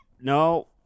No